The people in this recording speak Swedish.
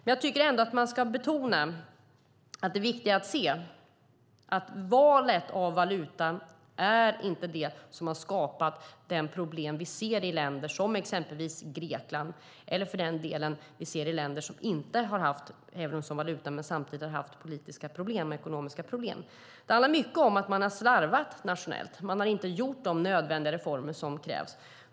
Men jag tycker ändå att man ska betona att det är viktigare att se att valet av valuta inte är det som har skapat de problem vi ser i länder som exempelvis Grekland eller för den delen i länder som inte har haft euron som valuta men samtidigt haft politiska och ekonomiska problem. Det handlar mycket om att man har slarvat nationellt. Man har inte gjort de nödvändiga reformer som krävs.